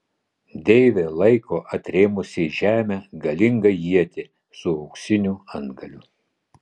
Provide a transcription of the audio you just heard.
deivė laiko atrėmusi į žemę galingą ietį su auksiniu antgaliu